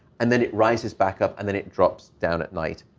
and then it rises back up, and then it drops down at night.